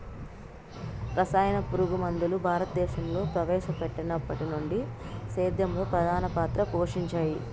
రసాయన పురుగుమందులు భారతదేశంలో ప్రవేశపెట్టినప్పటి నుండి సేద్యంలో ప్రధాన పాత్ర పోషించాయి